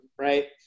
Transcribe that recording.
Right